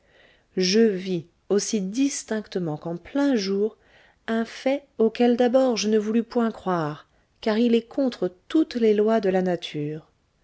je vis aussi distinctement qu'en plein jour un fait auquel d'abord je ne voulus point croire car il est contre toutes les lois de la nature